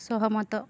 ସହମତ